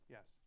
Yes